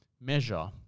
measure